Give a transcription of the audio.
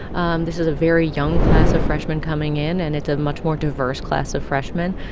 um this is a very young class of freshmen coming in. and it's a much more diverse class of freshmen.